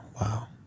Wow